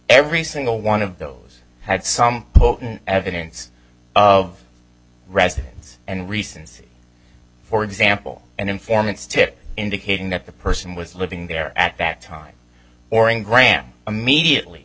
every single one of those had some potent evidence of residence and recency for example and informants to indicating that the person was living there at that time or in graham immediately